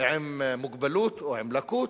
עם מוגבלות או עם לקות,